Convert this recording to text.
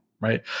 Right